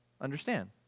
understand